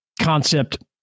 concept